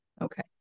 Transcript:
okay